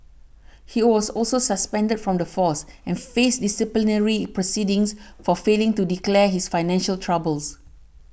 he was also suspended from the force and faced disciplinary proceedings for failing to declare his financial troubles